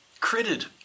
critted